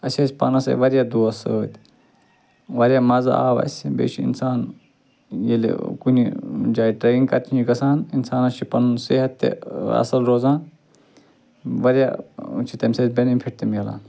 اسہِ ٲسۍ پانَس سۭتۍ واریاہ دوست سۭتۍ واریاہ مَزٕ آو اسہِ بیٚیہِ چھُ اِنسان ییٚلہِ ٲں کُنہ جایہِ ٹریٚکِنٛگ کَرنہِ چھُ گَژھان اِنسانَس چھُ پَنُن صحت تہِ ٲں اصٕل روزان واریاہ ٲں چھِ تَمہِ سۭتۍ بیٚنِفِٹ تہِ میلان